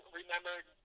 remembered